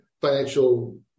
financial